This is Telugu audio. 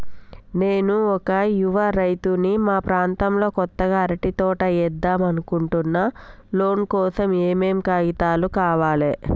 నేను ఒక యువ రైతుని మా ప్రాంతంలో కొత్తగా అరటి తోట ఏద్దం అనుకుంటున్నా లోన్ కోసం ఏం ఏం కాగితాలు కావాలే?